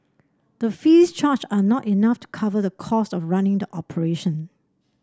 the fees charged are not enough to cover the costs of running the operation